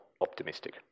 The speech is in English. optimistic